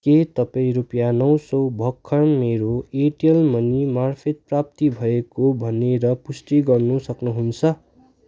के तपाईँ रुपियाँ नौ सौ भर्खरै मेरो एयरटेल मनी मार्फत् प्राप्ति भएको भनेर पुष्टि गर्न सक्नुहुन्छ